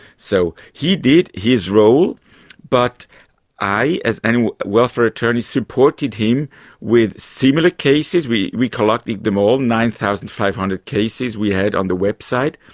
so he did his role but i as animal welfare attorney supported him with similar cases. we we collected them all, nine thousand five hundred cases we had on the website.